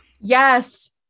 Yes